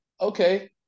okay